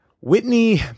Whitney